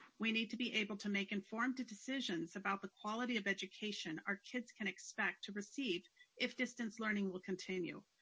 we need to be able to make informed decisions about the quality of education our kids can expect to receive if distance learning will continue,